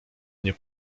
nie